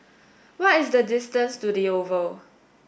what is the distance to The Oval